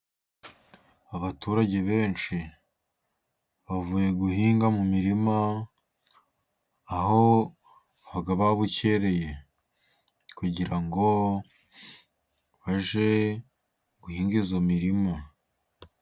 Abaturage benshi bavuye guhinga mu mirima, aho baba babukereye kugira ngo bajye guhinga iyo mirima.